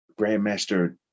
Grandmaster